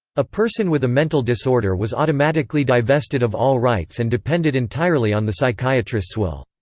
a person with a mental disorder was automatically divested of all rights and depended entirely on the psychiatrists' will.